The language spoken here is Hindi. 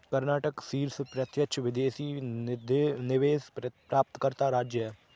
कर्नाटक शीर्ष प्रत्यक्ष विदेशी निवेश प्राप्तकर्ता राज्य है